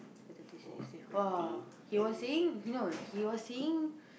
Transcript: after this then he say [wah] he was saying no he was saying